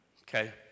Okay